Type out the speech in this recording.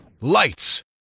Lights